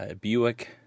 Buick